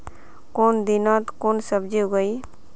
कुन दिनोत कुन सब्जी उगेई?